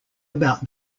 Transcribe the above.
about